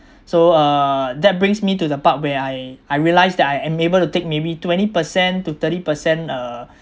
so uh that brings me to the part where I I realized that I am able to take maybe twenty per cent to thirty per cent uh